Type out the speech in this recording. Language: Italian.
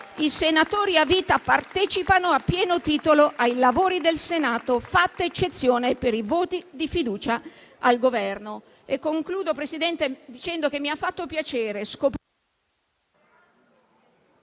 i senatori a vita partecipano a pieno titolo ai lavori del Senato, fatta eccezione per i voti di fiducia al Governo.